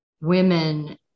women